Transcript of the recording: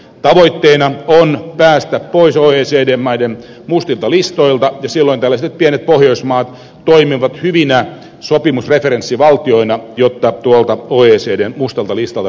tavoitteena on päästä pois oecd maiden mustilta listoilta ja silloin tällaiset pienet pohjoismaat toimivat hyvinä sopimusreferenssivaltioina jotta tuolta oecdn mustalta listalta päästäisiin pois